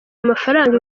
amafaranga